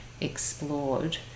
explored